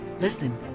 listen